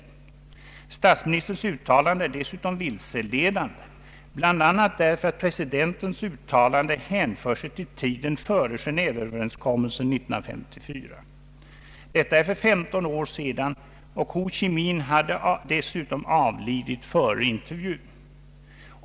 Statsministerns uttalande är dessutom vilseledande bl.a. därför att presidentens utalande hänför sig till tiden före Geneéveöverenskommelsen 1934. Detta är för 15 år sedan, och Ho Chi Minh hade dessutom avlidit före intervjun.